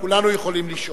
כולנו יכולים לשאול.